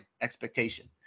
expectation